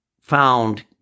found